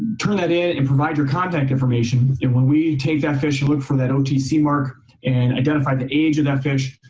turn that in and provide your contact information. and when we take that fish and look for that otc mark and identify the age of that fish,